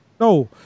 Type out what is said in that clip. no